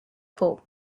pope